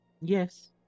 Yes